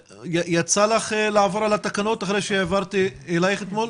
יצא לך לעבור על התקנות אחרי שהעברתי אליך אתמול?